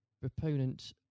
proponent